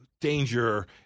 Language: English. danger